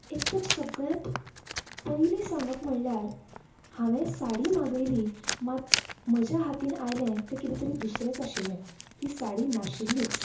एक तर सगळ्यांत पयलीं सांगप म्हणळ्यार हांवें साडी मागयली मात्र म्हज्या हातीन आयलें तें कितें तरी दुसरेंच आशिल्लें ती साडी नाशिल्लींच